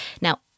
Now